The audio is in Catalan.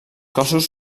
cossos